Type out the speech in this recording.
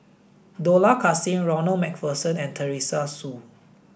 Dollah Kassim Ronald MacPherson and Teresa Hsu